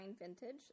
vintage